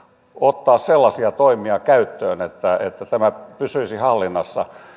ottaa sellaisia toimia käyttöön että että tämä pysyisi hallinnassa